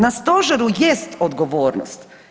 Na Stožeru jest odgovornost.